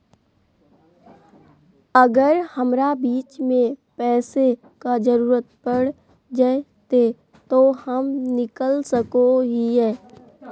अगर हमरा बीच में पैसे का जरूरत पड़ जयते तो हम निकल सको हीये